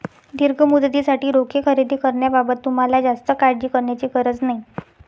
दीर्घ मुदतीसाठी रोखे खरेदी करण्याबाबत तुम्हाला जास्त काळजी करण्याची गरज नाही